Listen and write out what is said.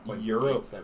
Europe